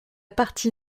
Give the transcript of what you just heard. partie